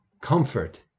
comfort